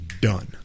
done